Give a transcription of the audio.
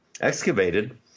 excavated